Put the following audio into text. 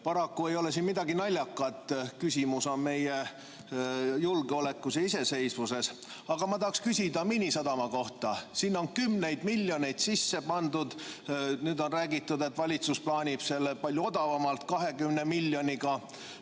Paraku ei ole siin midagi naljakat. Küsimus on meie julgeolekus ja iseseisvuses. Aga ma tahaksin küsida Miinisadama kohta. Sinna on kümneid miljoneid sisse pandud. Nüüd on räägitud, et valitsus plaanib selle palju odavamalt, 20 miljoniga